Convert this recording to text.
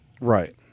Right